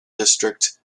district